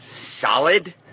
solid